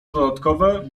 dodatkowe